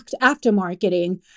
after-marketing